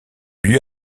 lieu